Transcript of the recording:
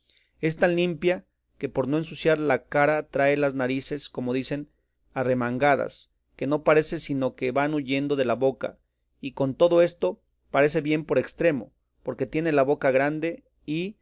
es tan limpia que por no ensuciar la cara trae las narices como dicen arremangadas que no parece sino que van huyendo de la boca y con todo esto parece bien por estremo porque tiene la boca grande y